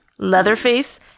Leatherface